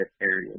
areas